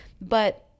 But-